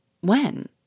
When